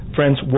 Friends